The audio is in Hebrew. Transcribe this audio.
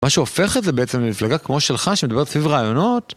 מה שהופך את זה בעצם למפלגה כמו שלך, שמדברת סביב רעיונות.